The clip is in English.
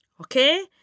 Okay